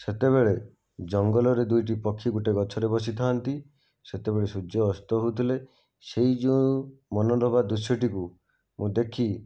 ସେତେବେଳେ ଜଙ୍ଗଲରେ ଦୁଇଟି ପକ୍ଷୀ ଗୋଟିଏ ଗଛରେ ବସିଥାନ୍ତି ସେତେବେଳେ ସୂର୍ଯ୍ୟ ଅସ୍ତ ହେଉଥିଲେ ସେଇ ଯେଉଁ ମନଲୋଭା ଦୃଶ୍ୟଟିକୁ ମୁଁ ଦେଖି